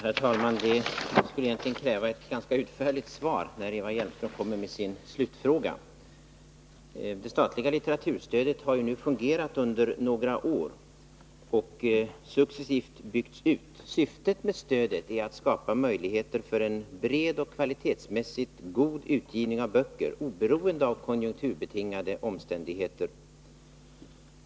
Herr talman! Det skulle egentligen krävas ett ganska utförligt svar när Eva Hjelmström kommer med sin slutfråga. Det statliga litteraturstödet har nu fungerat under några år och successivt byggts ut. Syftet med stödet är att skapa möjligheter för en bred och kvalitetsmässigt god utgivning av böcker, oberoende av konjunkturbetingade omständigheter.